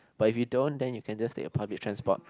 but if you don't then you can just take a public transport